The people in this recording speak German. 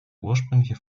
ursprüngliche